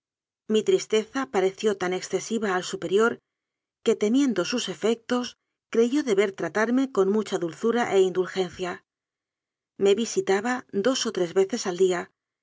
mi tristeza pareció tan excesiva al superior que te miendo sus efectos creyó deber tratarme con mu cha dulzura e indulgencia me visitaba dos o tres veces al día